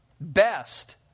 best